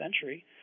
century